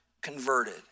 converted